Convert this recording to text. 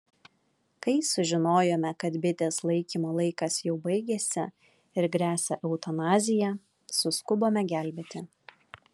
kai sužinojome kad bitės laikymo laikas jau baigėsi ir gresia eutanazija suskubome gelbėti